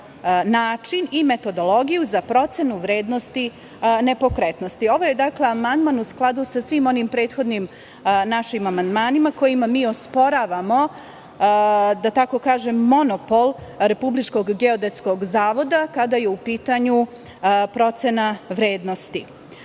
način i metodologiju za procenu vrednosti nepokretnosti. Ovo je amandman u skladu sa svim onim prethodnim našim amandmanima, kojima mi osporavamo, da tako kažem, monopol RGZ kada je u pitanju procena vrednosti. Smatramo